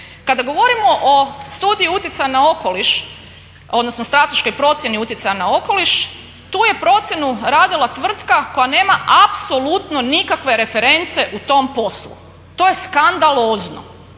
Kada govorimo o studiji utjecaja na okoliš, odnosno strateškoj procjeni utjecaja na okoliš tu je procjenu radila tvrtka koja nema apsolutno nikakve reference u tom poslu. To je skandalozno.